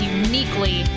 uniquely